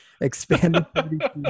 Expand